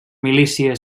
milícia